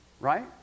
Right